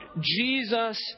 Jesus